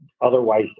otherwise